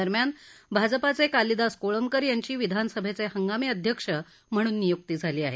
दरम्यान भाजपाचे कालीदास कोळंबकर यांची विधानसभेचे हंगामी अध्यक्ष म्हणून नियुक्ती झाली आहे